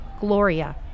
Gloria